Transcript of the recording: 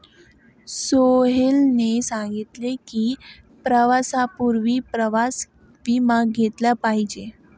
सोहेलने सांगितले की, प्रवासापूर्वी प्रवास विमा घेतला पाहिजे